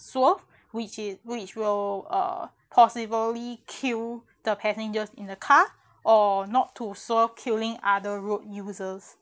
swo~ which is which will uh possibly kill the passengers in the car or not to swerve killing other road users